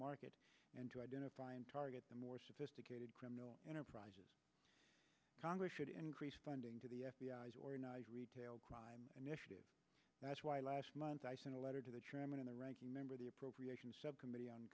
market and to identify and target the more sophisticated criminal enterprises congress should increase funding to the f b i is organized retail crime initiative that's why last month i sent a letter to the chairman of the ranking member of the appropriations subcommittee on